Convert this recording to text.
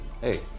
hey